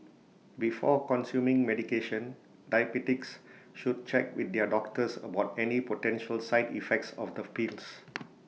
before consuming medication diabetics should check with their doctors about any potential side effects of the pills